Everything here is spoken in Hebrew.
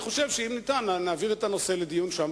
אני חושב שיש להעביר את הנושא לדיון שם,